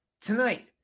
Tonight